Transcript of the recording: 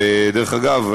דרך אגב,